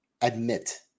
admit